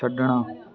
ਛੱਡਣਾ